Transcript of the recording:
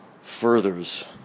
furthers